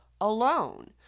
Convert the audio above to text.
alone